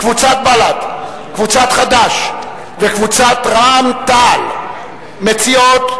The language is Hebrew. קבוצת בל"ד, קבוצת חד"ש וקבוצת רע"ם-תע"ל מציעות.